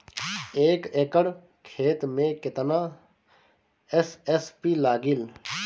एक एकड़ खेत मे कितना एस.एस.पी लागिल?